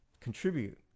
contribute